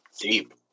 Deep